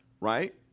Right